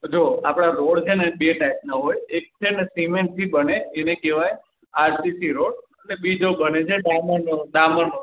જુઓ આપણે રોડ છે ને બે ટાઇપના હોય એક છે ને સિમેન્ટથી બને એને કહેવાય આરસીસી રોડ અને બીજો બને છે ડામરનો ડામરનો રોડ